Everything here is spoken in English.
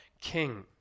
king